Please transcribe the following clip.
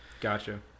Gotcha